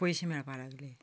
पयशे मेळपाक लागले